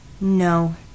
No